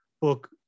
book